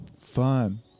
Fun